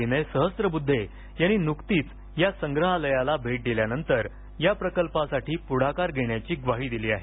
विनय सहस्त्रब्रुद्धे यांनी नुकतीच या संग्रहालयाला भेट दिल्यानंतर या प्रकल्पासाठी पुढाकार घेण्याची ग्वाही दिली आहे